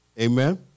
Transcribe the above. Amen